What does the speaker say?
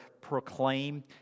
Proclaim